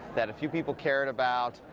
that a few people cared about,